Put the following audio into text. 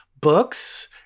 books